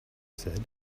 said